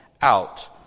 out